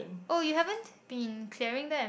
oh you haven't been clearing them